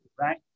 right